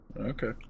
Okay